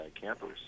campers